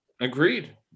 Agreed